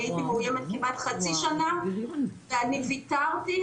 אני הייתי מאויימת כמעט חצי שנה ואני ויתרתי,